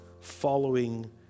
following